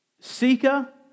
seeker